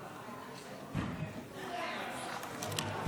דקות, בבקשה.